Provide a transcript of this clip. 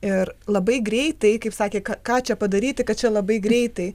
ir labai greitai kaip sakė ką ką čia padaryti kad čia labai greitai